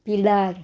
पिलार